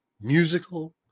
musical